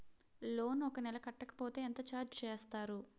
Loan ఒక నెల కట్టకపోతే ఎంత ఛార్జ్ చేస్తారు?